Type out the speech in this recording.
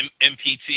MPT